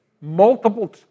Multiple